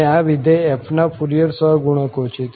અને આ વિધેય f ના ફુરિયર સહગુણકો છે